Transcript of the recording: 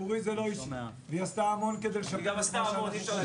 באהבה ובהבנה גם את כל הכעס עלינו.